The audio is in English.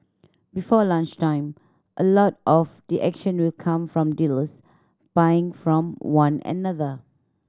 before lunchtime a lot of the action will come from dealers buying from one another